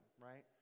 right